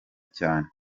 cyane